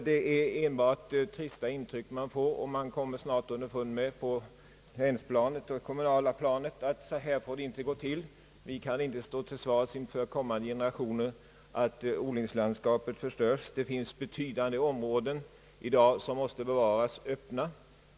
Det är enbart trista intryck man får, och man kommer snart underfund med på länsplanet och på det kommunala planet att så här får det inte gå till. Vi kan inte stå till svars inför kommande generationer för att odlingslandskapet förstörs. Det finns i dag betydande områden som måste bevaras öppna.